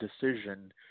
decision